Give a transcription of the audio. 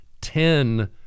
ten